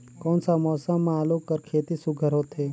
कोन सा मौसम म आलू कर खेती सुघ्घर होथे?